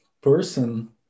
person